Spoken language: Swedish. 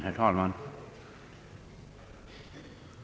Herr talman!